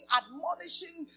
admonishing